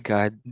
God